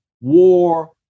war